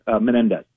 Menendez